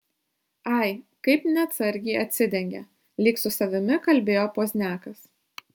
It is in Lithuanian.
ai kaip neatsargiai atsidengė lyg su savimi kalbėjo pozniakas